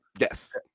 Yes